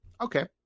Okay